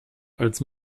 als